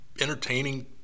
entertaining